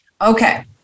Okay